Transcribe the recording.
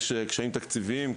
תקציבים תקציביים,